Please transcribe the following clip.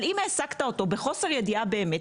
אבל אם העסקת אותו בחוסר ידיעה באמת,